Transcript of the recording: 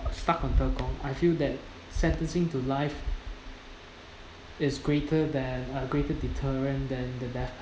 stuck on tekong I feel that sentencing to life is greater than uh greater deterrent than the death